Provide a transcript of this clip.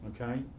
okay